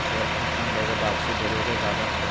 पूरा return fund एगो वापसी देवे के वादा करो हइ